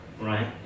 Right